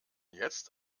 jetzt